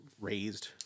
raised